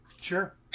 Sure